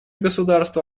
государства